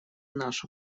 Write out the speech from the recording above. наша